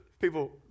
people